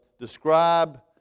describe